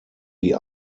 die